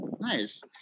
Nice